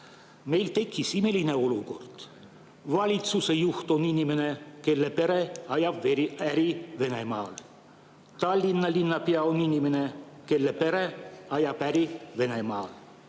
Meil tekkis imelik olukord. Valitsuse juht on inimene, kelle pere ajab äri Venemaal. Tallinna linnapea on inimene, kelle pere ajab äri Venemaal.